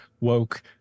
woke